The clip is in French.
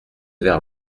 vers